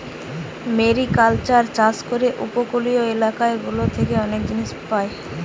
mariculture চাষ করে উপকূলীয় এলাকা গুলা থেকে অনেক জিনিস পায়